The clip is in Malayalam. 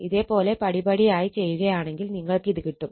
ഇതേ പോലെ പടി പടിയായി ചെയ്യുകയാണെങ്കിൽ നിങ്ങൾക്കിത് കിട്ടും